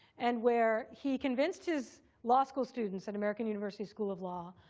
and where he convinced his law school students at american university school of law,